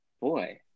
Boy